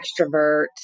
extrovert